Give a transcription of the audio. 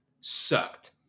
sucked